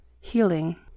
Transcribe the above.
healing